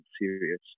serious